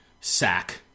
sack